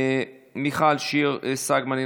מיכל שיר סגמן,